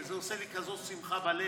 וזה עושה לי כזאת שמחה בלב,